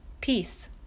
peace